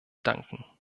danken